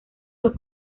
los